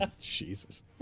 jesus